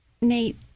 Nate